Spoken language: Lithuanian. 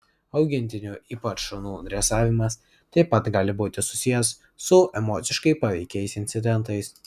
augintinių ypač šunų dresavimas taip pat gali būti susijęs su emociškai paveikiais incidentais